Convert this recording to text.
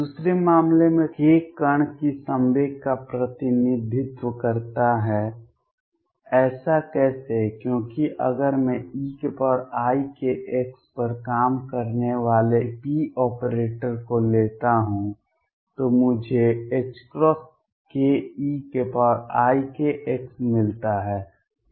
दूसरे मामले में k कण की संवेग का प्रतिनिधित्व करता है ऐसा कैसे क्योंकि अगर मैं eikx पर काम करने वाले p ऑपरेटर को लेता हूं तो मुझे ℏkeikx मिलता है